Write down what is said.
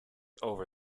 over